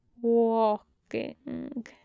walking